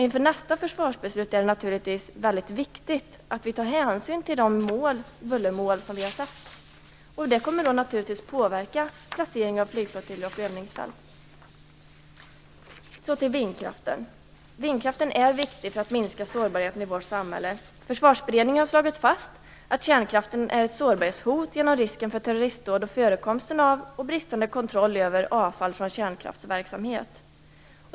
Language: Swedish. Inför nästa försvarsbeslut är det naturligtvis väldigt viktigt att vi tar hänsyn till de bullermål som vi har satt upp. Det kommer naturligtvis att påverka placeringen av flygflottiljer och övningsfält. Så till vindkraften. Vindkraften är viktig för att minska sårbarheten i vårt samhälle. Försvarsberedningen har slagit fast att kärnkraften är ett sårbarhetshot genom risken för terroristdåd och förekomsten av och bristande kontroll över avfall från kärnkraftverksamhet.